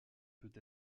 peut